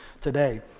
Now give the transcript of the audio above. today